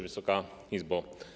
Wysoka Izbo!